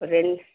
ஒரு ரெண்